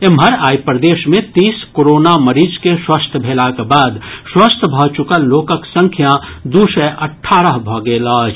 एम्हर आइ प्रदेश मे तीस कोरोना मरीज के स्वस्थ भेलाक बाद स्वस्थ भऽ चुकल लोकक संख्या दू सय अठारह भऽ गेल अछि